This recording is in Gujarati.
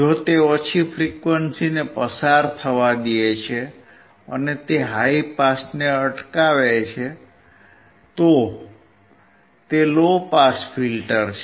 જો તે ઓછી ફ્રીક્વન્સીને પસાર થવા દે છે અને તે હાઇ પાસને અટકાવે છે તો તે લો પાસ ફિલ્ટર છે